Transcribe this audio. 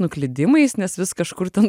nuklydimais nes vis kažkur ten